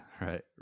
right